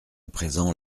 présent